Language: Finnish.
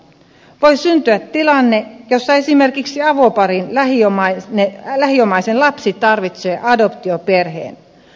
voi syntyä tilanne jossa esimerkiksi avoparin lähiomaisen lapsi tarvitsee adoptioperheen